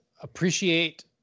appreciate